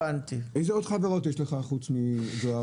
איזה עוד חברות יש לך חוץ מהדואר?